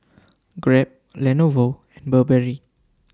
Grab Lenovo and Burberry